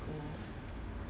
outside [one] eh